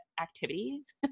activities